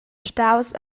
staus